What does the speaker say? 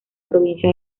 provincia